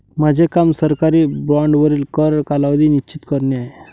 माझे काम सरकारी बाँडवरील कर कालावधी निश्चित करणे आहे